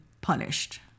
punished